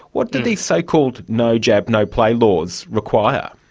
what do these so-called no jab no play laws require?